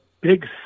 big